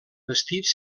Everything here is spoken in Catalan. vestits